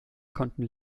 konnten